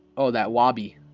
oh that wahby?